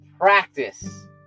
practice